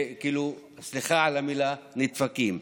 סליחה על המילה, נדפקים.